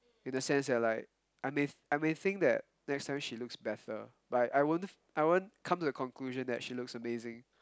in the sense that like I may I may think that next time she looks better but I won't I won't come to a conclusion that she looks amazing